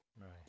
Right